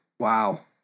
Wow